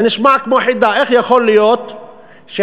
זה נשמע כמו חידה: איך יכול להיות שהצמיחה